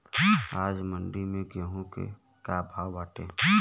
आज मंडी में गेहूँ के का भाव बाटे?